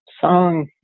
song